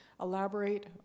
elaborate